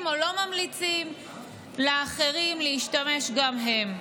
או לא ממליצים לאחרים להשתמש גם הם.